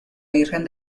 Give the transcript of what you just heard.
virgen